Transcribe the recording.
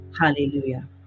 Hallelujah